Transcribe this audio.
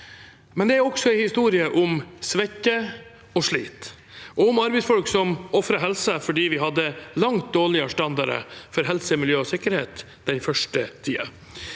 det er også en historie om svette og slit, og om arbeidsfolk som ofret helsen fordi vi hadde langt dårligere standarder for helse, miljø og sikkerhet den første tiden.